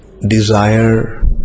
desire